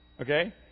Okay